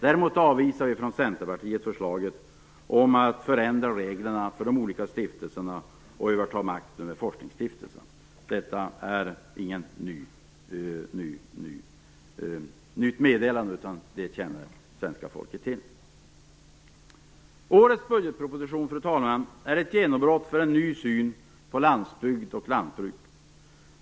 Däremot avvisar vi från Centerpartiet förslaget om att förändra reglerna för de olika stiftelserna och överta makten över forskningstiftelserna. Detta är ingenting nytt, utan det känner det svenska folket till. Fru talman! Årets budgetproposition är ett genombrott för en ny syn på landsbygd och lantbruk.